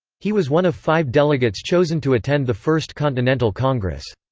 he was one of five delegates chosen to attend the first continental congress.